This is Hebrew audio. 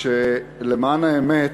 למען האמת,